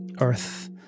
earth